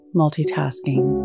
multitasking